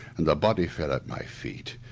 and the body fell at my feet!